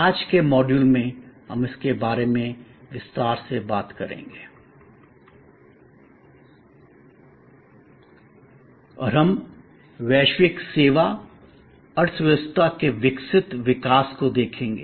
आज के मॉड्यूल में हम इसके बारे में विस्तार से बात करेंगे और हम वैश्विक सेवा अर्थव्यवस्था के विकसित विकास को देखेंगे